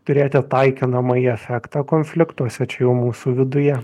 turėti taikinamąjį efektą konfliktuose čia jau mūsų viduje